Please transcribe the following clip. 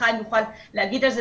וחיים יוכל להגיד על זה,